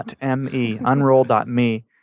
unroll.me